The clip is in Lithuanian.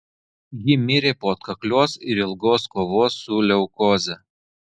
ji mirė po atkaklios ir ilgos kovos su leukoze